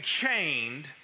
chained